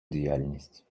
діяльність